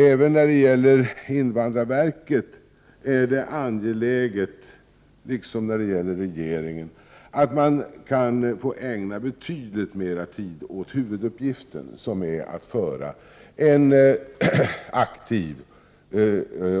Även när det gäller invandrarverket är det angeläget, liksom när det gäller regeringen, att man kan få ägna betydligt mera tid åt huvuduppgiften, som är att föra en aktiv